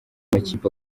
amakipe